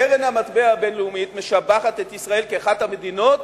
קרן המטבע הבין-לאומית משבחת את ישראל כאחת המדינות